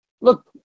look